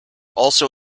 also